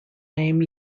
name